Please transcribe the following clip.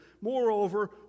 Moreover